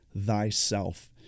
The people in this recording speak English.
thyself